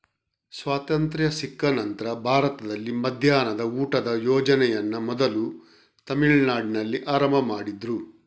ಸ್ವಾತಂತ್ರ್ಯ ಸಿಕ್ಕ ನಂತ್ರ ಭಾರತದಲ್ಲಿ ಮಧ್ಯಾಹ್ನದ ಊಟದ ಯೋಜನೆಯನ್ನ ಮೊದಲು ತಮಿಳುನಾಡಿನಲ್ಲಿ ಆರಂಭ ಮಾಡಿದ್ರು